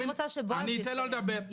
אני אתן לו לדבר.